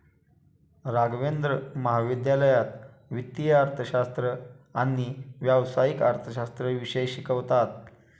राघवेंद्र महाविद्यालयात वित्तीय अर्थशास्त्र आणि व्यावसायिक अर्थशास्त्र विषय शिकवतात